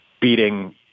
beating